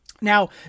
Now